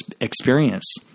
experience